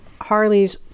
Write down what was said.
Harley's